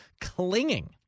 clinging